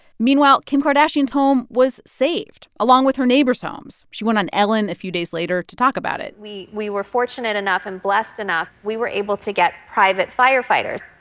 meanwhile, kim kardashian's home was saved, along with her neighbors' homes. she went on ellen a few days later to talk about it we we were fortunate enough and blessed enough we were able to get private firefighters.